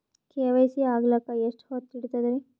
KYC ಆಗಲಕ್ಕ ಎಷ್ಟ ಹೊತ್ತ ಹಿಡತದ್ರಿ?